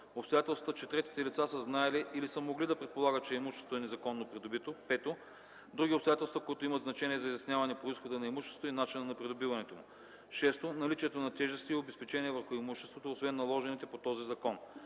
обстоятелствата, че третите лица са знаели или са могли да предполагат, че имуществото е незаконно придобито; 5. други обстоятелства, които имат значение за изясняване произхода на имуществото и начина на придобиването му; 6. наличието на тежести и обезпечения върху имуществото, освен наложените по този закон.